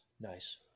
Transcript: Nice